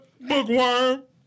bookworm